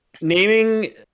Naming